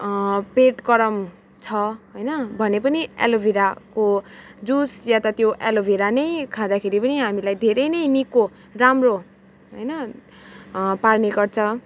पेट गरम छ होइन भने पनि एलोभेराको जुस या त त्यो एलोभेरा नै खाँदाखेरि पनि नै हामीलाई धेरैनै निको राम्रो होइन पार्ने गर्छ